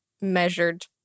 measured